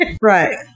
right